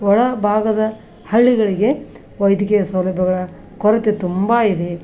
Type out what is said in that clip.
ಒಳ ಭಾಗದ ಹಳ್ಳಿಗಳಿಗೆ ವೈದ್ಯಕೀಯ ಸೌಲಭ್ಯಗಳ ಕೊರತೆ ತುಂಬ ಇದೆ